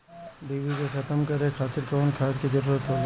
डिभी के खत्म करे खातीर कउन खाद के जरूरत होला?